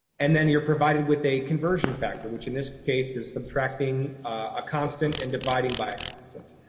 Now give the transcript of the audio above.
and then you're provided with a conversion factor, which in this case is subtracting a constant and dividing by a constant.